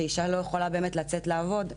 שאישה לא יכולה לצאת לעבוד.